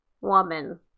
woman